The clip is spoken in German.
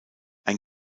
ein